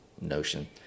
notion